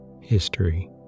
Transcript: History